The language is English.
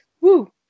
Woo